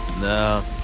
No